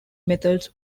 methods